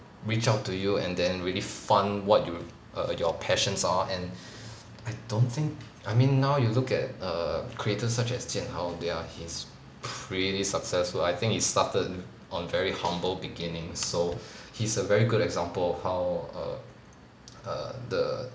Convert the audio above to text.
reach out to you and then really fund what you err your passions are and I don't think I mean now you look at err creators such as jian hao they are he's really successful I think he started on very humble beginnings so he's a very good example of how err err the